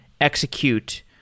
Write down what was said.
execute